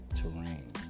Terrain